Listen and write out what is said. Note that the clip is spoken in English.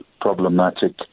problematic